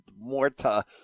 Morta